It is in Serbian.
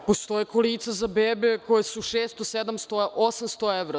Postoje kolica za bebe koje su 600, 700, 800 evra.